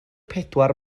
pedwar